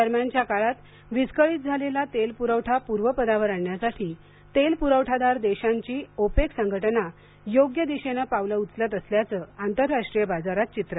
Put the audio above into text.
दरम्यानच्या काळात विस्कळीत झालेला तेल पुरवठा पूर्वपदावर आणण्यासाठी तेल पुरवठादार देशांची ओपेक संघटना योग्य दिशेनं पावलं उचलत असल्याचं आंतरराष्ट्रीय बाजारात चित्र आहे